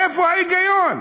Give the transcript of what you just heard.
איפה ההיגיון?